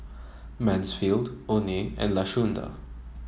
Mansfield Oney and Lashunda